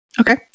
Okay